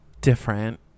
different